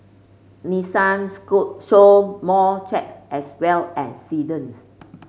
Nissan school sold more trucks as well as sedans